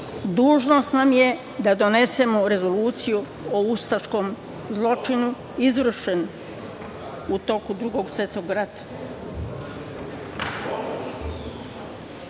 dužnost nam je da donesemo rezoluciju o ustaškom zločinu izvršenom u toku Drugog svetskog rata.